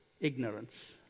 ignorance